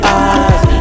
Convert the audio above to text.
eyes